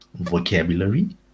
vocabulary